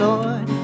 Lord